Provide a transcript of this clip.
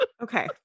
Okay